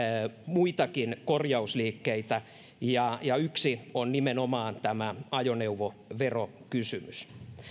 muitakin korjausliikkeitä ja ja yksi on nimenomaan tämä ajoneuvoverokysymys